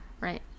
right